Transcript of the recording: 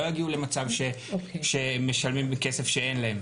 יגיעו למצב שהם משלמים מכסף שאין להם.